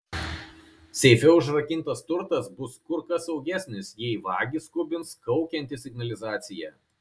seife užrakintas turtas bus kur kas saugesnis jei vagį skubins kaukianti signalizacija